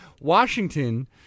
Washington